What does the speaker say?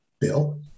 bill